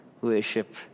worship